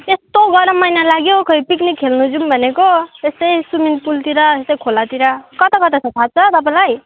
यस्तो गरम महिना लाग्यो खै पिक्निक खेल्नु जाऊँ भनेको त्यस्तै स्विमिङ पुलतिर त्यस्तै खोलातिर कता कता छ थाहा छ तपाईँलाई